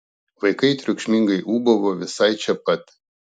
vaikai triukšmingai ūbavo visai čia pat